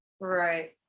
Right